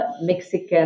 Mexican